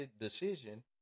decision